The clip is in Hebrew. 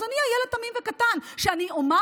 אז אני אהיה ילד תמים וקטן כשאני אומר